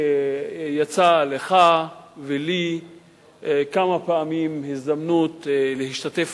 ויצא לך ולי כמה פעמים הזדמנות להשתתף